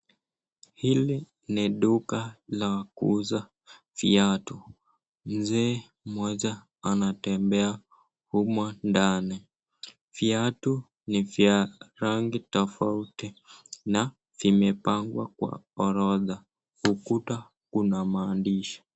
Hili ni duka la kuuza viatu. Mzee mmoja anatembea huko ndani. Viatu ni vya rangi tofauti na vimepangwa kwa orodha. Ukuta una maandishi.